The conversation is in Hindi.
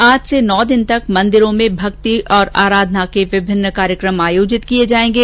आज से नौ दिन तक मंदिरों में भक्ति और अराधना के विभिन्न कार्यक्रम आयोजित किये जायेंगे